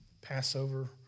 Passover